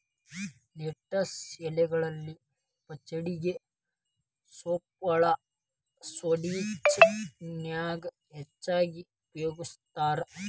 lettuce ಎಲಿಗಳನ್ನ ಪಚಡಿಗೆ, ಸೂಪ್ಗಳು, ಸ್ಯಾಂಡ್ವಿಚ್ ನ್ಯಾಗ ಹೆಚ್ಚಾಗಿ ಉಪಯೋಗಸ್ತಾರ